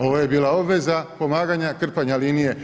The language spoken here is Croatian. Ovo je bila obveza pomaganja, krpanja linije.